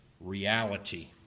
reality